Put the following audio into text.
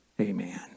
Amen